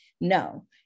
No